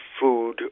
food